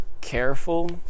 careful